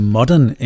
Modern